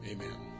Amen